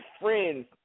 friends